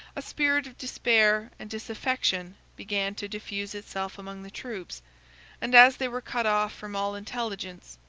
a spirit of despair and disaffection began to diffuse itself among the troops and as they were cut off from all intelligence,